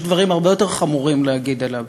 יש דברים הרבה יותר חמורים להגיד עליו.